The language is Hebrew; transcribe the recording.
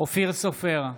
אופיר סופר,